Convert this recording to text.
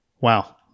Wow